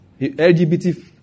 LGBT